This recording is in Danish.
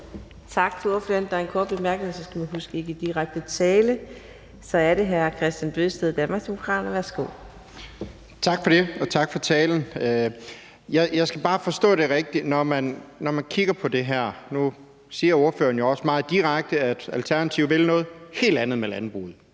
Tak til ordføreren. Der er en kort bemærkning. Man skal lige huske ikke at bruge direkte tiltale. Så er det hr. Kristian Bøgsted, Danmarksdemokraterne. Værsgo. Kl. 15:41 Kristian Bøgsted (DD): Tak for det, og tak for talen. Jeg skal bare forstå det rigtigt. Nu siger ordføreren jo også meget direkte, at Alternativet vil noget helt andet med landbruget: